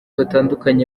batandukanye